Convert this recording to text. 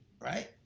Right